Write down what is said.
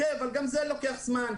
אבל גם זה לוקח זמן,